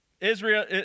Israel